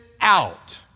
out